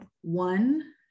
one